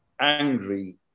angry